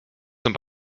zum